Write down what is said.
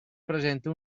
presente